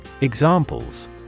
Examples